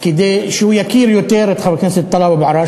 כדי שהוא יכיר יותר את חבר הכנסת טלב אבו עראר,